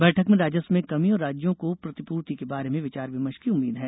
बैठक में राजस्व में कमी और राज्यों को प्रतिपूर्ति के बारे में विचार विमर्श की उम्मीद है